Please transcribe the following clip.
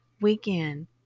weekend